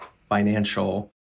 financial